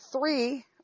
three